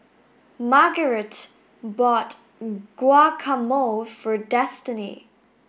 Margarite bought Guacamole for Destini